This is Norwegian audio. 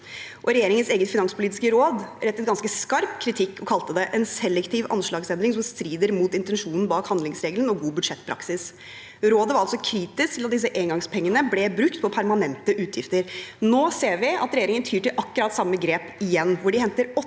Regjeringens eget finanspolitiske råd kom med ganske skarp kritikk og kalte det en selektiv anslagsendring som strider mot intensjonen bak handlingsregelen og god budsjettpraksis. Rådet var altså kritisk til at disse engangspengene ble brukt på permanente utgifter. Nå ser vi at regjeringen igjen tyr til akkurat samme grep, hvor de henter